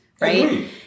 right